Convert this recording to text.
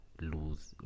lose